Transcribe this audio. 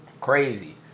Crazy